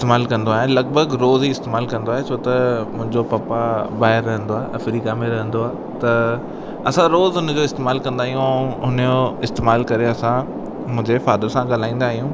इस्तेमालु कंदो आहियां लॻभॻि रोज़ ई इस्तेमालु कंदो आहियां छो त मुंहिंजो पप्पा ॿाहिरि रहंदो आहे अफ्रीका में रहंदो आहे त असां रोज हिन जो इस्तेमालु कंदा आहियूं उन जो इस्तेमालु करे असां मुंहिंजे फादर सां ॻाल्हाईंदा आहियूं